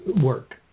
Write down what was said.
Work